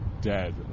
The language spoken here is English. dead